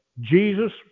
Jesus